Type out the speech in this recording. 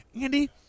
Andy